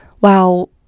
wow